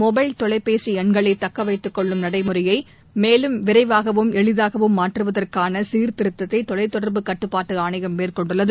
mobile தொலைபேசி எண்களை தக்க வைத்துக்கொள்ளும் நடைமுறையய மேலும் விரைவாகவும் எளிதாகவும் மாற்றுவதற்கான சீர்திருத்தத்தை தொலைத்தொடர்பு கட்டுப்பாட்டு ஆணையம் மேற்கொண்டுள்ளது